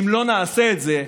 ואם לא נעשה את זה,